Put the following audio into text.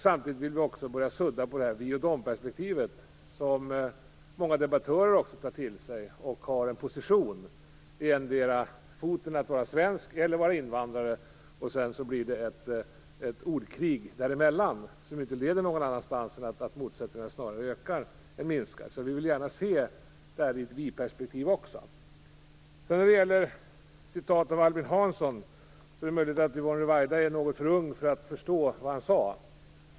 Samtidigt vill vi också börja sudda i "vi-och-dom-perspektivet", som många debattörer också tar till sig. De intar positionen att antingen vara svensk eller att vara invandrare. Sedan följer ett ordkrig däremellan, som inte leder till något annat än att motsättningarna snarare ökar än minskar. Därför vill vi gärna se detta i ett "vi-perspektiv". När det gäller citatet av Per Albin Hansson är det möjligt att Yvonne Ruwaida är något för ung för att förstå vad han sade.